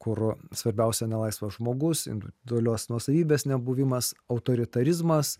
kur svarbiausia nelaisvas žmogus individualios nuosavybės nebuvimas autoritarizmas